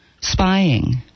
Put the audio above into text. spying